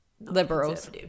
liberals